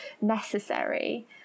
necessary